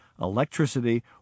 electricity